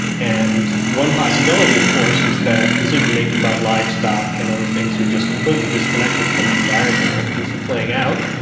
and one possibility of course is that decision-making about livestock and other things are just completely disconnected from the environment where things are playing out.